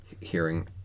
hearing